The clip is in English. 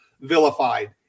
vilified